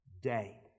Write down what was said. day